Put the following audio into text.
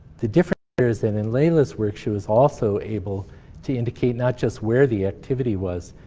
the difference here is in in leila's work, she was also able to indicate not just where the activity was,